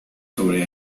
sobre